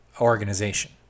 organization